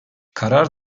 karar